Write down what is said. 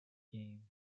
game